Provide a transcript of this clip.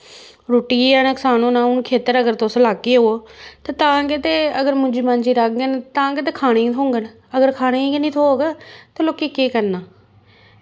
रोट्टी दा नकसान होना हून खेतर अगर तुस लागेओ ते तां गै अगर मुंजी मांज्जी रहाङन ते तां गै ते खाने गी थ्होङन अगर खाने गी गै नी थ्होग ते लोकें केह् करना